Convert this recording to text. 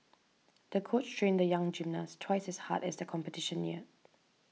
the coach trained the young gymnast twice as hard as the competition neared